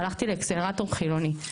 הלכתי לאקסלרטור חילוני.